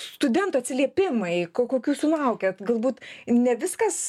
studentų atsiliepimai ko kokių sulaukiat galbūt ne viskas